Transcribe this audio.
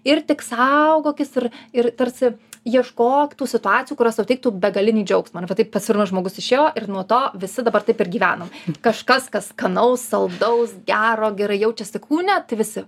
ir tik saugokis ir ir tarsi ieškok tų situacijų kurios tau teiktų begalinį džiaugsmą ar va taip pasirodo žmogus išėjo ir nuo to visi dabar taip ir gyvenam kažkas kas skanaus saldaus gero gerai jaučiasi kūne visi